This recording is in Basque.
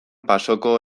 pasoko